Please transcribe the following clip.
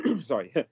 sorry